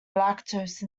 lactose